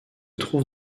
trouve